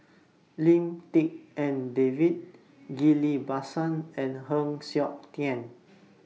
Lim Tik En David Ghillie BaSan and Heng Siok Tian